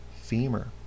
femur